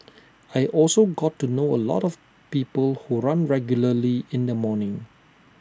I also got to know A lot of people who run regularly in the morning